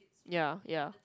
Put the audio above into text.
ya ya